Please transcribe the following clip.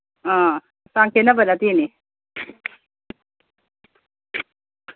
ꯑ ꯆꯥꯡ ꯆꯦꯟꯅꯕ ꯅꯠꯇꯦꯅꯦ